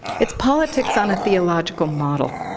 it's politics on a theological model,